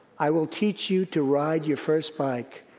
i will teach you to ride your first bike,